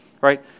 right